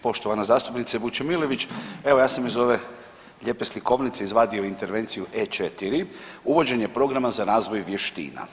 Poštovana zastupnice Vučemilović, evo ja sam iz ove lijepe slikovnice izvadio intervenciju E4, uvođenje programa za razvoj vještina.